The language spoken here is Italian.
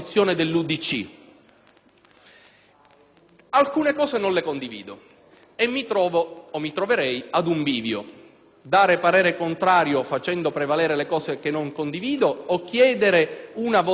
condivido e mi troverei ad un bivio: esprimere parere contrario facendo prevalere quello che non condivido o chiedere una votazione per parti separate. Avrei deciso di scegliere un'altra via,